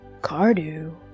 Cardu